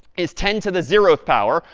is ten to the zeroth power,